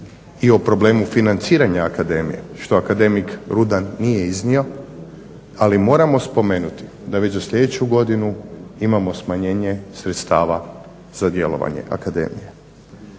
i o problemu financiranja Akademije što akademik Rudan nije iznio. Ali moramo spomenuti da već za sljedeću godinu imamo smanjenje sredstava za djelovanje Akademije.